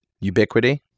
Ubiquity